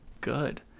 good